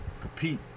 compete